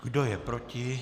Kdo je proti?